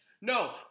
No